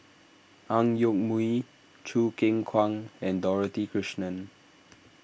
Ang Yoke Mooi Choo Keng Kwang and Dorothy Krishnan